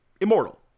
immortal